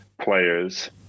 players